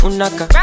Unaka